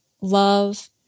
love